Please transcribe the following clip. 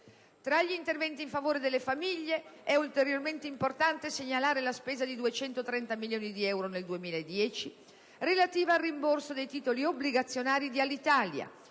Tra gli interventi in favore delle famiglie è, ancora, importante segnalare la spesa di 230 milioni di euro nel 2010, relativa al rimborso dei titoli obbligazionari di Alitalia,